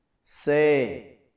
Say